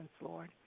Lord